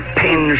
pain